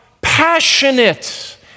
passionate